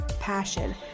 passion